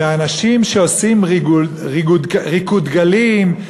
שאנשים שעושים "ריקוד דגלים",